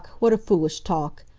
what a foolish talk!